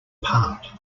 part